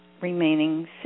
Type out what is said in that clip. remaining